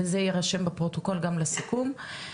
וזה יירשם בפרוטוקול גם לסיכום,